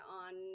on